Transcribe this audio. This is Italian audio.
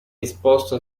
esposto